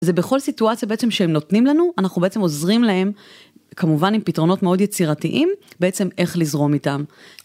זה בכל סיטואציה בעצם שהם נותנים לנו, אנחנו בעצם עוזרים להם, כמובן עם פתרונות מאוד יצירתיים, בעצם איך לזרום איתם.